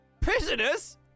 Prisoners